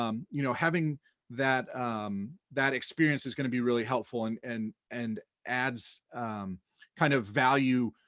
um you know having that that experience is gonna be really helpful and and and adds kind of value,